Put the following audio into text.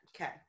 Okay